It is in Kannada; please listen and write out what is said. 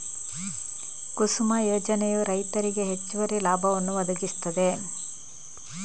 ಕುಸುಮ ಯೋಜನೆಯು ರೈತರಿಗೆ ಹೆಚ್ಚುವರಿ ಲಾಭವನ್ನು ಒದಗಿಸುತ್ತದೆ